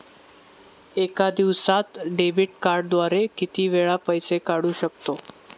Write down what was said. एका दिवसांत डेबिट कार्डद्वारे किती वेळा पैसे काढू शकतो?